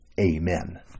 Amen